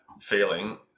feeling